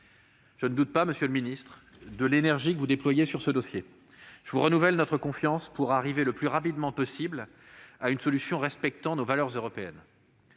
je ne doute pas de l'énergie que vous déployez sur ce dossier. Je vous renouvelle notre confiance pour arriver le plus rapidement possible à une solution respectueuse de nos valeurs européennes.